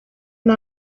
ari